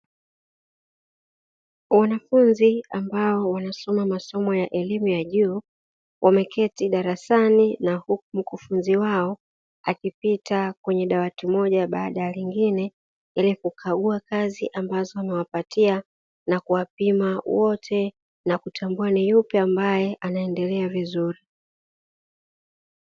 Wanafunzi ambao wanasoma masomo ya elimu ya juu wameketi darasani na huku mkufunzi wao akipita kwenye dawati moja baada ya lingine, ili kukagua kazi amabazo amewapatia na kuwapima wote na kutambua ni yupi ambaye anaendelea vizuri.